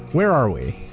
where are we?